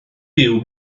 byw